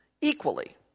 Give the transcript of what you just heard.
equally